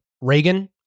Reagan